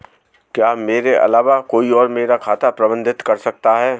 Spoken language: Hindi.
क्या मेरे अलावा कोई और मेरा खाता प्रबंधित कर सकता है?